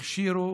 הכשירו